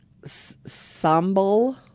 sambal